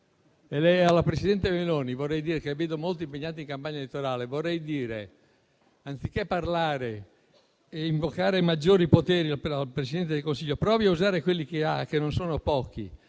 Alla presidente del Consiglio Meloni, che vedo molto impegnata in campagna elettorale, vorrei dire che, anziché parlare e invocare maggiori poteri per il Presidente del Consiglio, provi a usare quelli che ha, che non sono pochi;